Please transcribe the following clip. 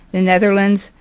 the netherlands,